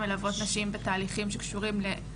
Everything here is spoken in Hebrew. ומוחרתיים את